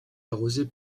arrosée